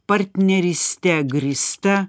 partneryste grįsta